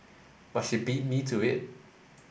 but she beat me to it